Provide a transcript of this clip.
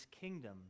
kingdom